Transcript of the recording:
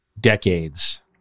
decades